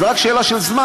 זה רק שאלה של זמן.